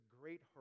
great